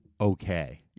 okay